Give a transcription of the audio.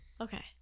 Okay